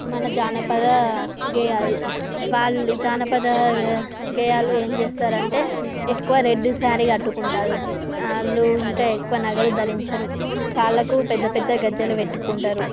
మన జానపద గేయాలు వాళ్లు జానపద గేయాలు ఏం చేస్తారంటే ఎక్కువ రెడ్డి శారీ కట్టుకుంటారు వాళ్లు ఇంకా ఎక్కువ నగలు ధరించరు కాళ్ళకు పెద్దపెద్ద గజ్జలు పెట్టుకుంటారు